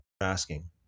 asking